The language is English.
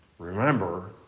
Remember